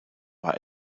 war